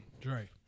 Dre